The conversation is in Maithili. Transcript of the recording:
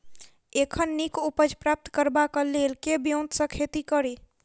एखन नीक उपज प्राप्त करबाक लेल केँ ब्योंत सऽ खेती कड़ी?